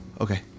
Okay